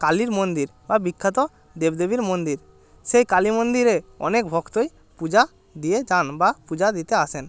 কালীর মন্দির আর বিখ্যাত দেবদেবীর মন্দির সেই কালী মন্দিরে অনেক ভক্তই পূজা দিয়ে যান বা পূজা দিতে আসেন